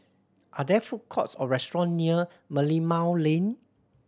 are there food courts or restaurant near Merlimau Lane